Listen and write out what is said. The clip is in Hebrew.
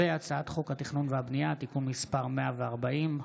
הצעת חוק התכנון והבנייה (תיקון מס' 140),